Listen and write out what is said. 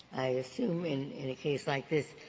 i assume in in a case like this,